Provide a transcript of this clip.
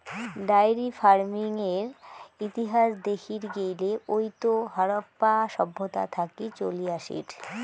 diary ফার্মিংয়ের ইতিহাস দেখির গেইলে ওইতো হারাপ্পা সভ্যতা থাকি চলি আসির